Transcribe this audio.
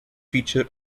feature